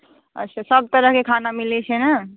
अच्छा सभ तरहके खाना मिलैत छै ने